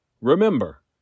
Remember